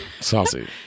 saucy